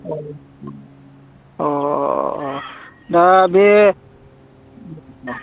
अ अ दा बे